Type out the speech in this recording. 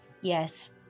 Yes